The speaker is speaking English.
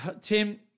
Tim